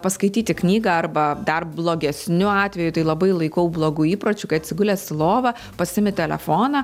paskaityti knygą arba dar blogesniu atveju tai labai laikau blogu įpročiu atsigulęs į lovą pasiimi telefoną